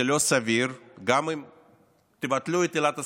זה לא סביר, וגם אם תבטלו את עילת הסבירות,